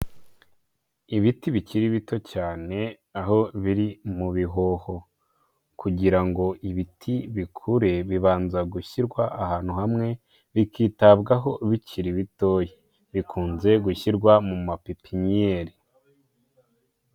Ibiti bikiri bito cyane, aho biri mu bihoho kugira ngo ibiti bikure bibanza gushyirwa ahantu hamwe bikitabwaho bikiri bitoya, bikunze gushyirwa mu mapipinyeri.